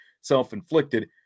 self-inflicted